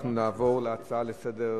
אנחנו נעבור להצעה הבאה לסדר-היום,